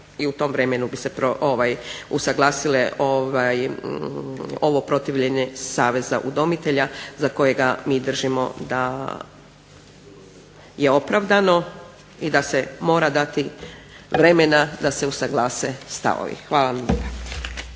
i u tom vremenu bi se usuglasile ovo protivljenje Saveza udomitelja za kojega mi držimo da je opravdano i da se mora dati vremena da se usuglase stavovi. Hvala vam